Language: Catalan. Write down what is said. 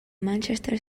manchester